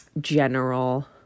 general